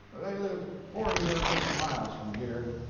they live forty or fifty miles from here.